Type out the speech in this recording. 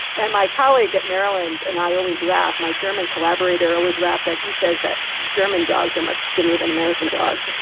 and my colleague at maryland and i always laugh my german collaborator i always laugh that he says that german dogs are much skinnier than american dogs.